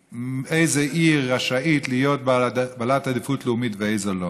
איזו עיר רשאית להיות בעלת עדיפות לאומית ואיזו לא,